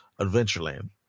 Adventureland